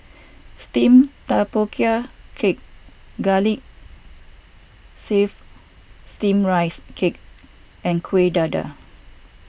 Steamed Tapioca Cake Garlic Chives Steamed Rice Cake and Kuih Dadar